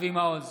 אבי מעוז,